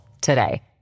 today